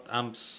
amps